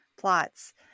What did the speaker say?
plots